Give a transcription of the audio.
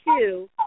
two